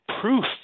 proof